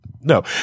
No